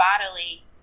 bodily